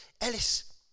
Ellis